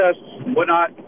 whatnot